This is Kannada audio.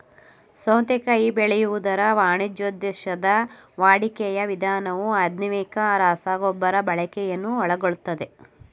ಸೌತೆಕಾಯಿ ಬೆಳೆಯುವುದರ ವಾಣಿಜ್ಯೋದ್ದೇಶದ ವಾಡಿಕೆಯ ವಿಧಾನವು ಅಜೈವಿಕ ರಸಗೊಬ್ಬರ ಬಳಕೆಯನ್ನು ಒಳಗೊಳ್ತದೆ